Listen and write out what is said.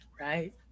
Right